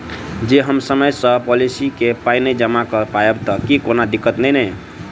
जँ हम समय सअ पोलिसी केँ पाई नै जमा कऽ पायब तऽ की कोनो दिक्कत नै नै?